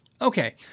okay